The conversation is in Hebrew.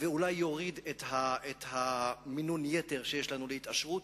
ואולי יוריד את המינון-יתר שיש לנו להתעשרות,